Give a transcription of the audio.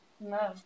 No